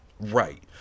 Right